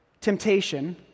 temptation